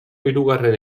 hirugarren